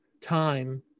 time